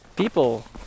People